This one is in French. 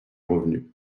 revenu